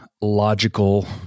logical